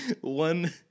one